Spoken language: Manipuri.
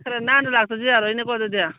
ꯈꯔ ꯅꯥꯟꯅ ꯂꯥꯛꯇꯕꯁꯨ ꯌꯥꯔꯣꯏꯅꯦꯀꯣ ꯑꯗꯨꯗꯤ